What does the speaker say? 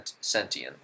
sentient